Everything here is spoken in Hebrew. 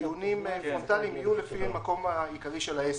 דיונים פרונטליים יהיו לפי המקום העיקרי של העסק.